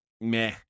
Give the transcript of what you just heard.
meh